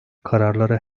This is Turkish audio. kararları